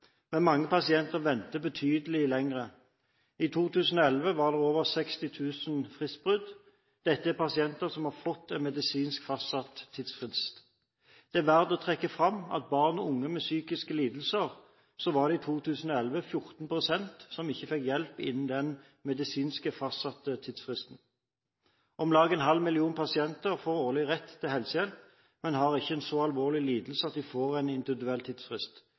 men mange pasienter venter betydelig lenger. I 2011 var det over 60 000 fristbrudd – dette er pasienter som har fått en medisinsk fastsatt tidsfrist. Det er verdt å trekke fram at av barn og unge med psykiske lidelser, var det i 2011 14 pst. som ikke fikk hjelp innen den medisinsk fastsatte tidsfristen. Omtrent en halv million pasienter årlig får rett til helsehjelp, men har ikke en så alvorlig lidelse at de får en individuell tidsfrist.